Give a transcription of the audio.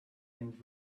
and